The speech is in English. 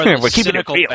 Cynical